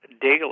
daily